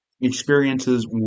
experiences